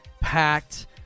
packed